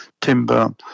timber